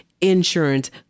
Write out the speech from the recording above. insurance